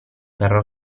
carro